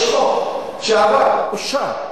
יש חוק שעבר, אושר,